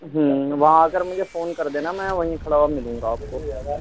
ہوں وہاں آ کر مجھے فون کر دینا میں وہیں کھڑا ہوا ملوں گا آپ کو